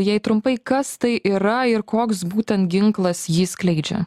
jei trumpai kas tai yra ir koks būtent ginklas jį skleidžia